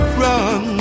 run